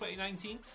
2019